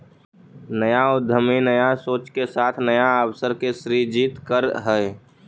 नया उद्यमी नया सोच के साथ नया अवसर के सृजित करऽ हई